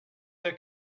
her